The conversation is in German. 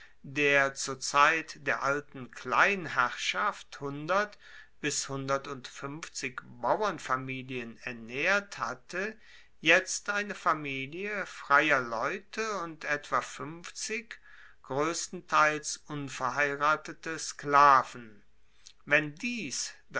der zur zeit der alten kleinherrschaft hundert bis hundertundfuenfzig bauernfamilien ernaehrt hatte jetzt eine familie freier leute und etwa fuenfzig groesstenteils unverheiratete sklaven wenn dies